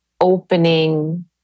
opening